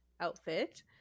outfit